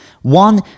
One